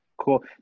cool